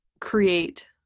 create